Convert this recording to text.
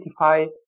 identify